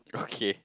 okay